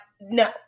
no